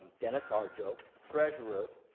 dennis arjo treasurer,